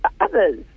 others